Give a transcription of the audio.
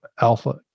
Alpha